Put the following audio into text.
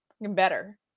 better